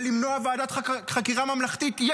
ולמנוע ועדת חקירה ממלכתית,